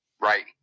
right